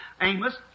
Amos